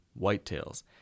whitetails